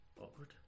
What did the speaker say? Awkward